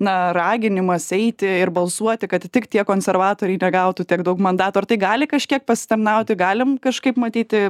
na raginimas eiti ir balsuoti kad tik tie konservatoriai negautų tiek daug mandatų ar tai gali kažkiek pasitarnauti galim kažkaip matyti